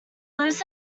lives